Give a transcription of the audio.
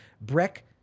Breck